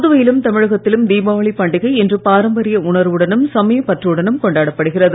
புதுவையிலும் தமிழகத்திலும் தீபாவளி பண்டிகை இன்று பாரம்பரிய உணர்வுடனும் சமயப் பற்றுடனும் கொண்டாடப்படுகிறது